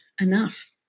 enough